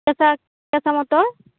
কেঁচা কেঁচা মটৰ